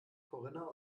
corinna